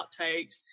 outtakes